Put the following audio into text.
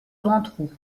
ventroux